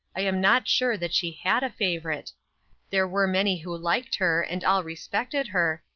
i am not sure that she had a favorite there were many who liked her, and all respected her,